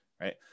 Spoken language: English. Right